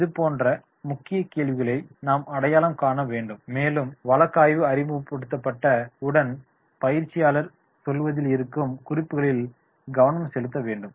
இது போன்ற முக்கிய கேள்விகளை நாம் அடையாளம் காண வேண்டும் மேலும் வழக்காய்வு அறிமுகப்படுத்தப்பட்டவுடன் பயிற்சியாளர் சொல்வதில் இருக்கும் குறிப்புகளில் கவனம் செலுத்த வேண்டும்